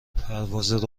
پرواز